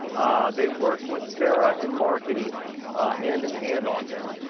they worked with sarah in marketing hand in hand on this.